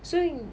所以你